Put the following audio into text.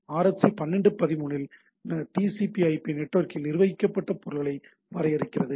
RFC 1213 TCPIP நெட்வொர்க்கின் நிர்வகிக்கப்பட்ட பொருள்களை வரையறுக்கிறது